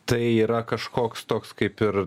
tai yra kažkoks toks kaip ir